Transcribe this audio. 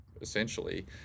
essentially